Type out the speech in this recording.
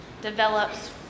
develops